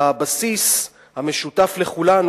הבסיס המשותף לכולנו,